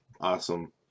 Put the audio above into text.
Awesome